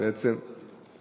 לסגור את הדיון.